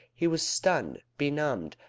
he was stunned, benumbed,